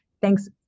Thanks